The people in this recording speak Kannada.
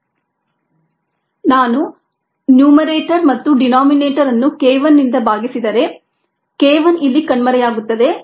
k1Et S k2 k3 ES k1ES S k1Et S k2 k3k1S ES k1Et Sk2 k3k1S ES ನಾವು ನ್ಯೂಮಿರೇಟರ್ ಮತ್ತು ಡೀನೋಮಿನೇಟರ್ ಅನ್ನು k 1 ರಿಂದ ಭಾಗಿಸಿದರೆ k 1 ಇಲ್ಲಿಂದ ಕಣ್ಮರೆಯಾಗುತ್ತದೆ